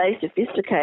sophisticated